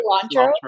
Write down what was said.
cilantro